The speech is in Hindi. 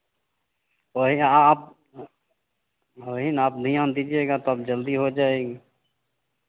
वहीं आप वही न आप ध्यान दीजिएगा तब जल्दी हो जाएगी